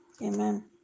amen